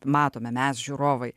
matome mes žiūrovai